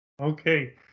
Okay